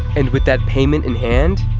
and with that payment in hand,